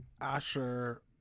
Asher